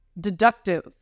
deductive